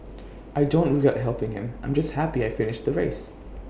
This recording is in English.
I don't regret helping him I'm just happy I finished the race